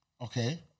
Okay